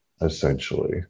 essentially